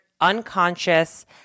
unconscious